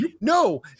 no